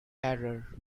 error